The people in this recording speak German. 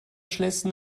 schnellsten